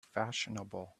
fashionable